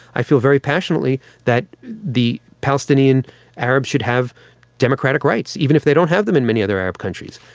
i feel very passionately that the palestinian arabs should have democratic rights, even if they don't have them in many other arab countries.